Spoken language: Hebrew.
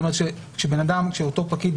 כלומר כשאותו פקיד,